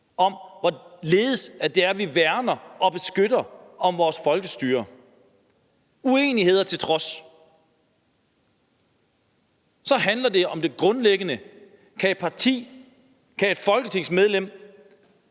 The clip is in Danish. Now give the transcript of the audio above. hvorledes vi værner om og beskytter vores folkestyre. Uenigheder til trods handler det om det grundlæggende spørgsmål: Kan et parti, kan et folketingsmedlem